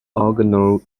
organelles